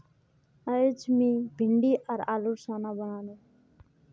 अयेज मी भिंडी आर आलूर सालं बनानु